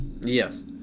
Yes